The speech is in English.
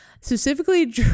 specifically